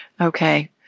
Okay